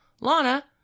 Lana